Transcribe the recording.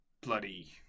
bloody